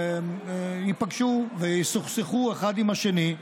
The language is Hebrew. ייפגשו ויסוכסכו אחד עם השני,